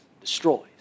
destroys